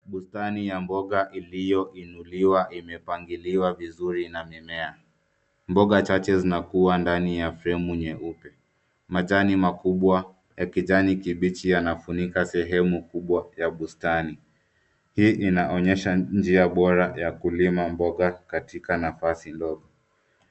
Bustani ya mboga iliyoinuliwa imepangiliwa vizuri na mimea. Mboga chache zinakua ndani ya fremu nyeupe. Majani makubwa ya kijani kibichi yanafunika sehemu kubwa ya bustani . Hii inaonyesha njia bora ya kulima mboga katika nafasi ndogo.